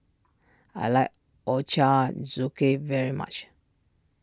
I like Ochazuke very much